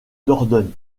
dordogne